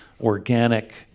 organic